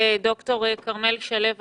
ד"ר כרמל שלו,